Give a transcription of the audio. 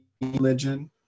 religion